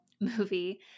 movie